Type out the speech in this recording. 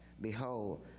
behold